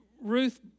Ruth